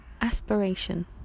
aspiration